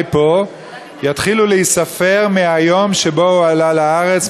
פה יתחילו להיספר מהיום שבו הוא עלה לארץ.